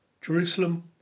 Jerusalem